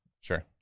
Sure